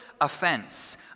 offense